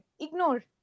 Ignore